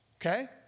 Okay